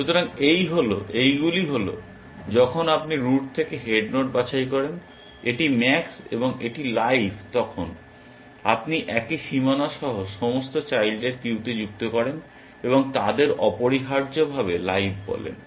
সুতরাং এই হল এইগুলি হল যখন আপনি রুট থেকে হেড নোড বাছাই করেন এটি ম্যাক্স এবং এটি লাইভ তখন আপনি একই সীমানা সহ সমস্ত চাইল্ডদের কিউতে যুক্ত করেন এবং তাদের অপরিহার্যভাবে লাইভ বলেন